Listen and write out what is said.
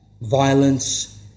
Violence